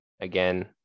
Again